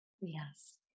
Yes